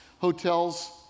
hotels